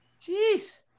Jeez